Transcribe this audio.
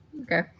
Okay